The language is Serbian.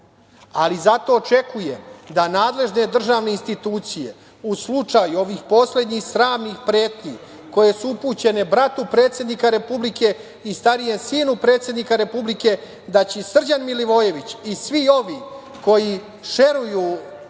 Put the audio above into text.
ali zato očekujem da nadležne državne institucije u slučaju ovih poslednjih sramnih pretnji koje su upućene bratu predsednika Republike i starijem sinu predsednika Republike da će i Srđan Milivojević i svi ovi koji šeruju